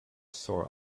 sore